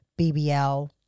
BBL